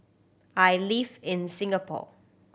I live in Singapore